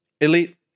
Elite